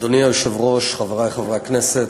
אדוני היושב-ראש, חברי חברי הכנסת,